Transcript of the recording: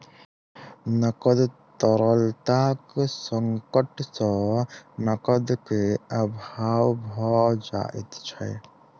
नकद तरलताक संकट सॅ नकद के अभाव भ जाइत छै